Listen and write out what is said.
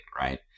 right